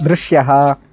दृश्यः